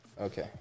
Okay